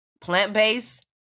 plant-based